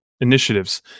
initiatives